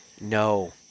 No